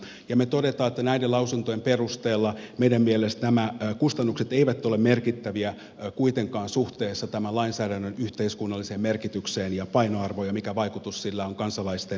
me toteamme että näiden lausuntojen perusteella meidän mielestämme nämä kustannukset eivät kuitenkaan ole merkittäviä suhteessa tämän lainsäädännön yhteiskunnalliseen merkitykseen ja painoarvoon ja siihen mikä vaikutus sillä on kansalaisten elämään